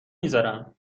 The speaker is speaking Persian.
میذارم